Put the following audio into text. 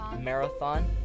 marathon